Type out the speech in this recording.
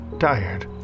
tired